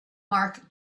mark